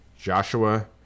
Joshua